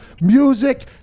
Music